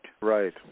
Right